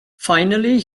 finally